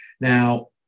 Now